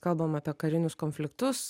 kalbam apie karinius konfliktus